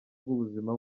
rw’ubuzima